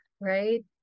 right